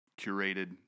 curated